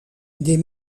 des